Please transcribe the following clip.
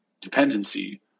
dependency